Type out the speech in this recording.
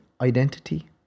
identity